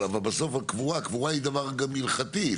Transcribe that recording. אבל בסוף הקבורה היא דבר גם הלכתי.